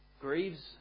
grieves